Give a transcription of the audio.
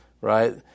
right